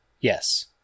yes